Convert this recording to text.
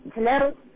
Hello